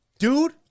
Dude